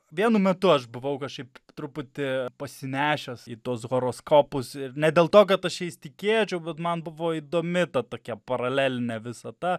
vienu metu aš buvau kažkaip truputį pasinešęs į tuos horoskopus ir ne dėl to kad aš jais tikėčiau bet man buvo įdomi tokia paralelinė visata